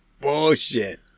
bullshit